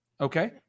Okay